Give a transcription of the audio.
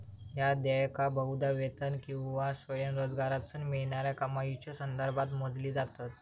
ह्या देयका बहुधा वेतन किंवा स्वयंरोजगारातसून मिळणाऱ्या कमाईच्यो संदर्भात मोजली जातत